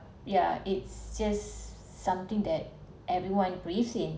yeah it's just something that everyone breath in